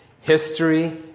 history